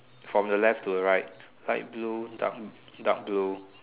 from the left to the right light blue dark dark blue